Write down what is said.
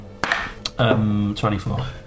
24